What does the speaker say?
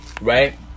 Right